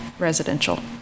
residential